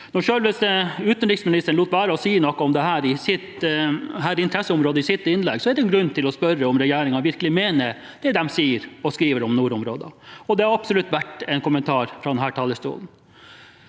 utenriksministeren lot være å si noe om dette interesseområdet i sitt innlegg, er det grunn til å spørre om regjeringen virkelig mener det de sier og skriver om nordområdene. Og det er absolutt verdt en kommentar fra denne talerstolen.